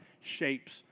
shapes